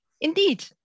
Indeed